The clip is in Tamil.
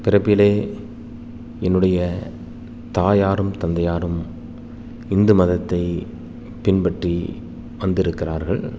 பிறப்பிலே என்னுடைய தாயாரும் தந்தையாரும் இந்து மதத்தைப் பின்பற்றி வந்திருக்கிறார்கள்